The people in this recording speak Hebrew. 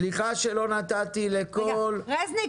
סליחה שלא נתתי לכל --- רזניק,